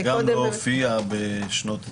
זה גם לא הופיע בשנות ה-90'.